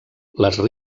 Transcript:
les